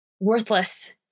worthless